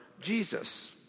Jesus